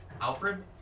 Alfred